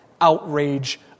outrage